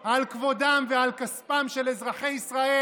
אני מבקש לשמור על כבודם ועל כספם של אזרחי ישראל,